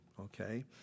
okay